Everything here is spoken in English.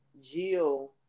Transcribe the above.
Jill